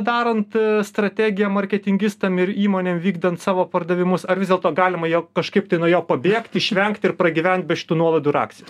darant strategiją marketingistam ir įmonėm vykdant savo pardavimus ar vis dėlto galima jo kažkaip nuo jo pabėgt išvengt ir pragyvent be šitų nuolaidų ir akcijų